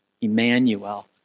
emmanuel